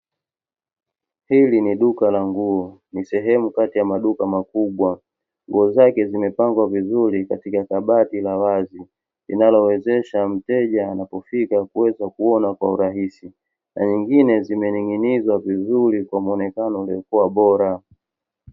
Hili ni duka la nguo, nisehemu kati ya maduka makubwa. Nguo zake zimepangwa vizuri katika kabati la wazi linalomwezesha mteja anapofika kuweza kuona kwa urahisi, na nyingine zimening’inizwa vizuri kwa muonekano uliokua bora.